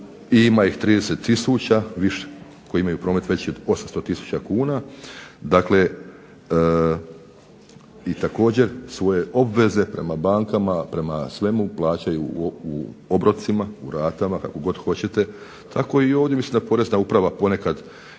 ima ih 30 tisuća, koji imaju promet veći od 800 tisuća kuna, dakle i također svoje obveze prema bankama, prema svemu plaćaju u obrocima, u ratama, kako god hoćete, tako i ovdje mislim da porezna uprava ponekad, ja